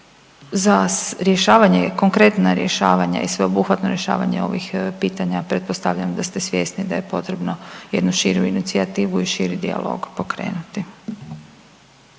za rješavanje i konkretna rješavanja i sveobuhvatno rješavanje ovih pitanja pretpostavljam da ste svjesni da je potrebno jednu širu inicijativu i širi dijalog pokrenuti.